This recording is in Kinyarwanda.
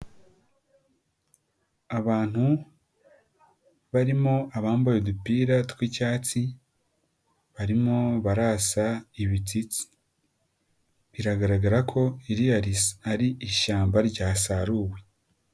Abantu barimo abambaye udupira tw'icyatsi barimo barasa ibitsitsi, biragaragara ko ririya ari ishyamba ryasaruwe.